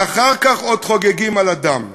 ואחר כך עוד חוגגים על הדם.